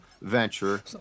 venture